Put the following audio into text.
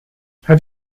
have